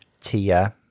Tia